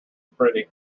pretty